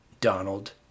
Donald